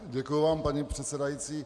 Děkuji vám, paní předsedající.